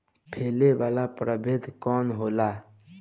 फैले वाला प्रभेद कौन होला?